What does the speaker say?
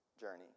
journey